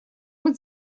быть